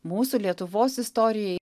mūsų lietuvos istorijai